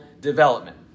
development